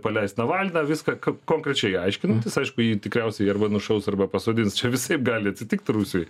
paleis navalną viską ka konkrečiai aiškinantis aišku jį tikriausiai arba nušaus arba pasodins čia visaip gali atsitikt rusijoj